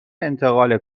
انتقال